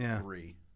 three